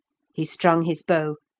he strung his bow,